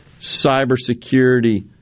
cybersecurity